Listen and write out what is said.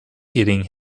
eating